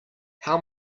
how